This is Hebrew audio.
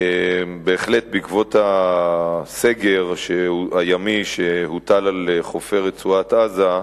בהחלט, בעקבות הסגר הימי שהוטל על חופי רצועת-עזה,